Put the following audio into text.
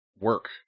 work